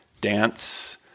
dance